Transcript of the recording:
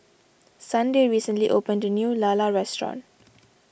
Sunday recently opened a new Lala restaurant